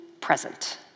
present